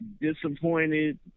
disappointed